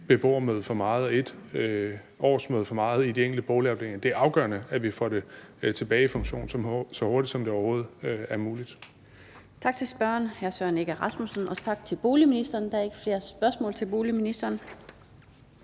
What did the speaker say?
beboermøde for meget eller et årsmøde for meget i de enkelte boligafdelinger, og det er afgørende, at vi får det tilbage i funktion så hurtigt som overhovedet muligt.